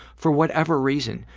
for whatever reason.